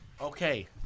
Okay